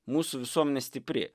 mūsų visuomenė stipri